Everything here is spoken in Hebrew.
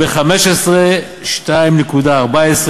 4.5% חבר הכנסת כהן,